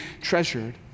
treasured